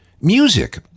Music